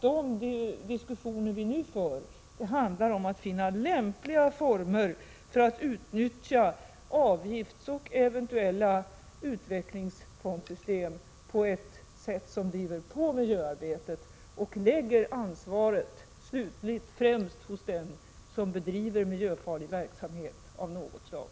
De diskussioner vi nu för handlar om att finna lämpliga former för att utnyttja avgiftsoch eventuella utvecklingsfondsystem på ett sätt som driver på miljöarbetet och lägger ansvaret främst hos dem som bedriver miljöfarlig verksamhet av något slag.